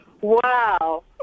Wow